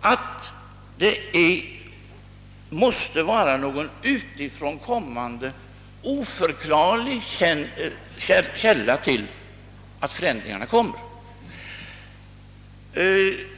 att det måste vara någon utifrån kommande oförkiarlig källa till att förändringar föreslås.